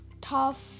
Tough